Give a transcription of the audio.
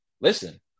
listen